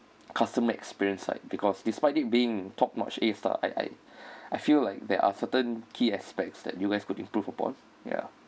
customer experience side because despite it being top notch A star I I feel like there are certain key aspects that you guys could improve upon ya